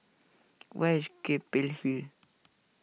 where is Keppel Hill